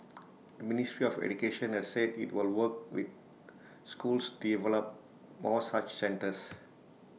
the ministry of education has said IT will work with schools to develop more such centres